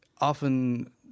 often